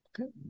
Okay